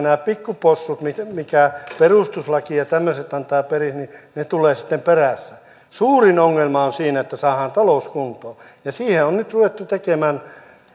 nämä pikkupossut mille perustuslaki ja tämmöiset antavat periksi tulevat sitten perässä suurin ongelma on siinä että saadaan talous kuntoon ja siihen on on nyt ruvettu tekemään